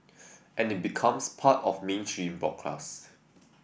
and it becomes part of mainstream broadcast